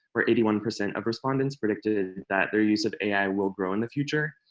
where eighty one percent of respondents predicted that their use of ai will grow in the future.